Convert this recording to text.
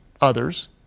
others